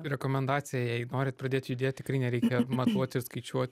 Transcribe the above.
rekomendacija jei norit pradėt judėt tikrai nereikia matuoti ir skaičiuot